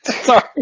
Sorry